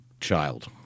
Child